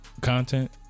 Content